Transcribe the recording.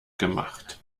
gemacht